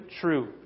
true